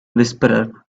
whisperer